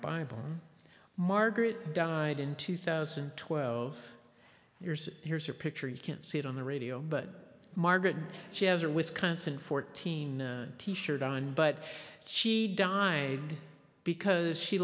bible margaret died in two thousand and twelve years here's her picture you can't see it on the radio but margaret she has her wisconsin fourteen t shirt on but she died because she